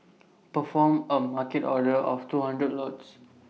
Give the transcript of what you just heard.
perform A market order of two hundred lots